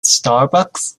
starbucks